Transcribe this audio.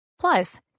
Plus